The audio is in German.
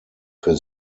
für